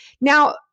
Now